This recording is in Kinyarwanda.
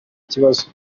kibazo